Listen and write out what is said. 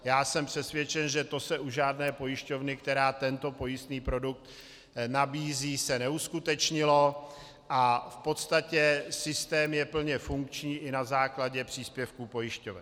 Já jsem přesvědčen, že to se u žádné pojišťovny, která tento pojistný produkt nabízí, se neuskutečnilo a v podstatě systém je plně funkční i na základě příspěvků pojišťoven.